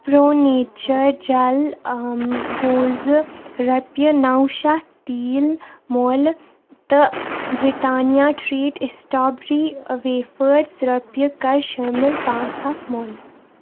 pro nature جل گوزٕ رۄپیہِ نو شیٚتھ تیٖل مۄل تہٕ برٛٹینیا ٹریٖٹ اشٹابری ویفٲرس رۄپیہِ کر شٲمِل پانٛژھ ہَتھ مۄل